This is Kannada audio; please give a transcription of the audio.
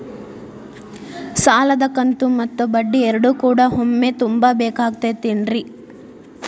ಸಾಲದ ಕಂತು ಮತ್ತ ಬಡ್ಡಿ ಎರಡು ಕೂಡ ಒಮ್ಮೆ ತುಂಬ ಬೇಕಾಗ್ ತೈತೇನ್ರಿ?